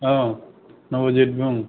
ओं नब'जित बुं